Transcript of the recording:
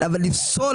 מי נמנע?